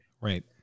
right